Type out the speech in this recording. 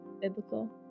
biblical